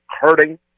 hurting